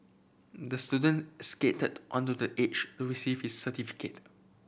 the student skated onto the age to receive his certificate